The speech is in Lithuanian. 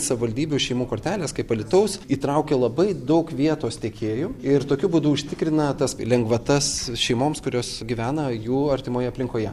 savaldybių šeimų kortelės kaip alytaus įtraukia labai daug vietos tiekėjų ir tokiu būdu užtikrina tas lengvatas šeimoms kurios gyvena jų artimoje aplinkoje